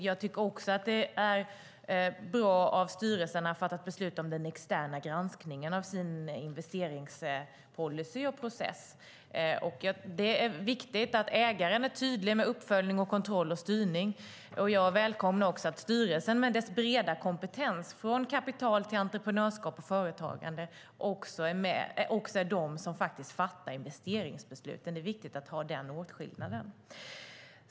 Jag tycker också att det är bra att styrelsen har fattat beslut om den externa granskningen av sin investeringspolicy och process. Det är viktigt att ägaren är tydlig med uppföljning, kontroll och styrning. Jag välkomnar också att styrelsen med dess breda kompetens, från kapital till entreprenörskap och företagande, är den som fattar investeringsbeslut. Det är viktigt att ha den åtskillnaden.